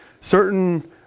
Certain